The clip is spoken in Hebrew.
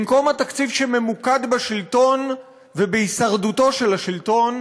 במקום התקציב שממוקד בשלטון ובהישרדות השלטון,